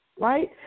right